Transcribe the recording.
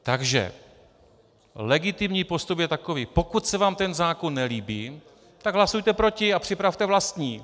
Takže legitimní postup je takový: pokud se vám ten zákon nelíbí, tak hlasujte proti a připravte vlastní.